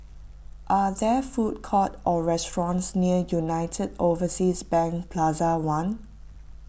are there food court or restaurants near United Overseas Bank Plaza one